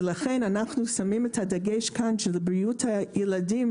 ולכן אנחנו שמים את הדגש כאן של בריאות הילדים,